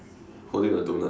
holding a doughnut